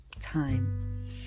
time